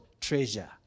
treasure